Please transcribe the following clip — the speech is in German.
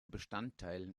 bestandteil